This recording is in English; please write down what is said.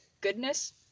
goodness